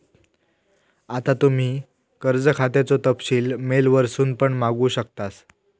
आता तुम्ही कर्ज खात्याचो तपशील मेल वरसून पण मागवू शकतास